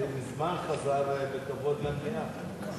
מזמן חזר בכבוד אל המליאה.